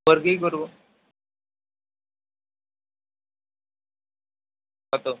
four করব কত